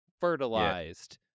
fertilized